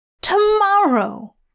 Tomorrow